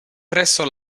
presso